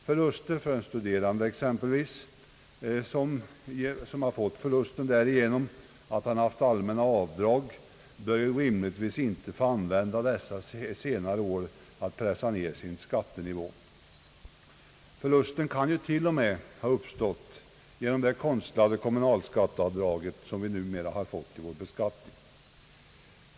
Exempelvis en studerande, som kan visa förlust därigenom att han haft möjlighet att göra allmänna avdrag, bör ju rimligtvis inte få använda dessa till att ett senare år pressa ner sin skattenivå. Förlusten kan ju t.o.m. ha uppstått genom det konstlade kommunalskatteavdraget som vi numera har fått.